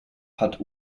hat